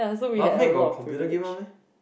but Mac got computer game one meh